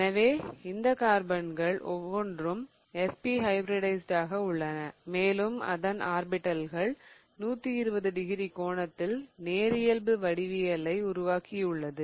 எனவே இந்த கார்பன்கள் ஒவ்வொன்றும் sp ஹைபிரிடைஸிடாக உள்ளன மேலும் அதன் ஆர்பிடல்கள் 180 டிகிரி கோணத்தில் நேரியல்பு வடிவவியலை உருவாக்கிக் உள்ளது